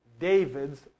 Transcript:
David's